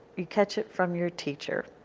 you catch it from your teacher.